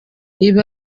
ibi